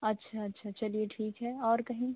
अच्छा अच्छा चलिए ठीक है और कहीं